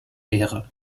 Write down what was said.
wäre